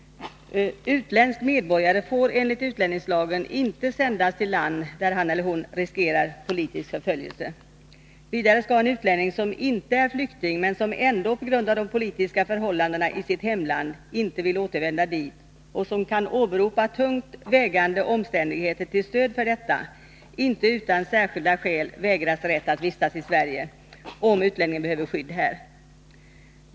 Utländsk medborgare får enligt utlänningslagen inte sändas till land där han eller hon riskerar politisk förföljelse. Vidare skall en utlänning, som inte är flykting men som ändå på grund av de politiska förhållandena i sitt hemland inte vill återvända dit och som kan åberopa tungt vägande omständigheter till stöd för detta, inte utan särskilda skäl vägras rätt att vistas i Sverige, om utlänningen behöver skydd här.